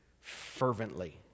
fervently